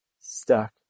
stuck